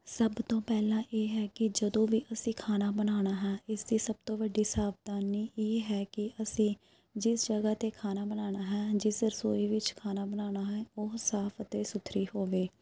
ਸਭ ਤੋਂ ਪਹਿਲਾਂ ਇਹ ਹੈ ਕਿ ਜਦੋਂ ਵੀ ਅਸੀਂ ਖਾਣਾ ਬਣਾਉਣਾ ਹੈ ਇਸਦੀ ਸਭ ਤੋਂ ਵੱਡੀ ਸਾਵਧਾਨੀ ਇਹ ਹੈ ਕਿ ਅਸੀਂ ਜਿਸ ਜਗ੍ਹਾ 'ਤੇ ਖਾਣਾ ਬਣਾਉਣਾ ਹੈ ਜਿਸ ਰਸੋਈ ਵਿੱਚ ਖਾਣਾ ਬਣਾਉਣਾ ਹੈ ਉਹ ਸਾਫ ਅਤੇ ਸੁਥਰੀ ਹੋਵੇ